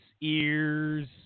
ears